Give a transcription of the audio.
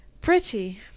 Pretty